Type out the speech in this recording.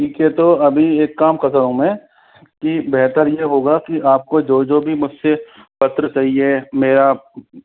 ठीक है तो अभी एक काम करता हूँ मैं कि बेहतर यह होगा कि आपको जो जो भी मुझसे पत्र चाहिए मेरा